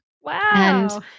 Wow